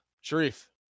Sharif